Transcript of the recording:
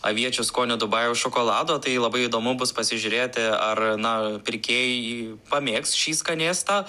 aviečių skonio dubajaus šokolado tai labai įdomu bus pasižiūrėti ar na pirkėjai pamėgs šį skanėstą